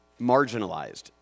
Marginalized